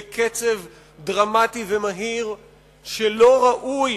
בקצב דרמטי ומהיר שלא ראוי,